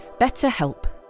BetterHelp